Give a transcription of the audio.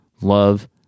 love